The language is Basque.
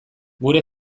gure